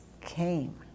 came